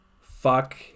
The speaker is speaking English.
fuck